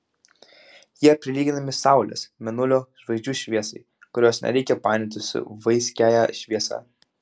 jie prilyginami saulės mėnulio žvaigždžių šviesai kurios nereikia painioti su vaiskiąja šviesa